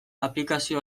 aplikazio